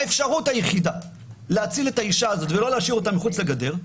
האפשרות היחידה להציל את האישה הזאת ולא להשאיר אותה מחוץ לגדר,